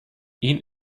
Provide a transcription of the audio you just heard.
ihn